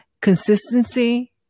consistency